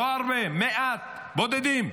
לא הרבה, מעט, בודדים.